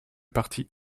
partie